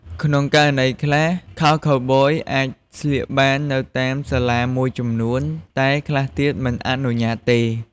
ក្នុងករណីខ្លះ ខោខូវប៊យអាចស្លៀកបាននៅតាមសាលាមួយចំនួន តែខ្លះទៀតមិនអនុញ្ញាតិទេ។